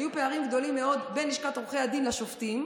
היו פערים גדולים מאוד בין לשכת עורכי הדין לשופטים,